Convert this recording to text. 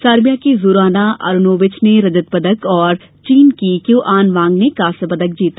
Serbia की Zorana Arunovic ने रजत और चीन की क्विआन वांग ने कांस्य पदक जीता